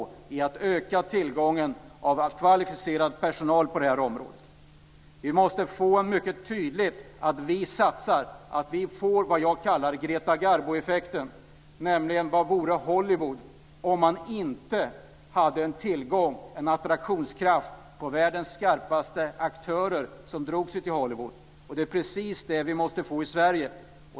Vi måste öka tillgången på kvalificerad personal på det här området. Vi måste tydligt visa att vi satsar. Vi behöver få det jag kallar Greta Garbo-effekten. Vad vore Hollywood om man inte hade tillgång till och en attraktionskraft på världens skarpaste aktörer? Det är precis det vi måste få i Sverige.